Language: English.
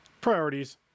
priorities